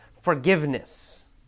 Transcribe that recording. forgiveness